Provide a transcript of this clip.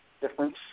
difference